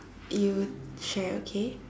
you share okay